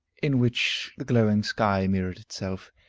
in which the glowing sky mirrored itself,